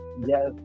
yes